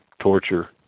torture